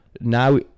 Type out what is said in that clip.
Now